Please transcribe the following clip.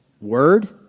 word